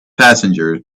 passenger